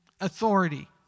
authority